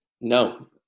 no